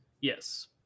Yes